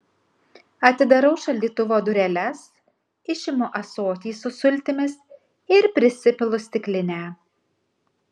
atidarau šaldytuvo dureles išimu ąsotį su sultimis ir prisipilu stiklinę